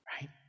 right